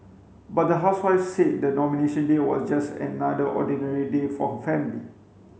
but the housewife said the Nomination Day was just another ordinary day for her family